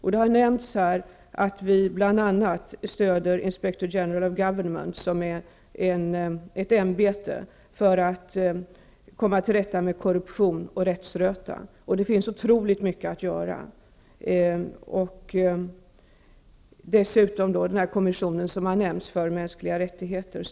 Här har nämnts att vi stöder Inspector-General of Government, som är ett ämbete för att komma till rätta med korruption och rättsröta. Det finns oerhört mycket att göra. Vi stöder också, som jag nämnt, kommissionen för mänskliga rättigheter.